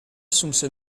assunse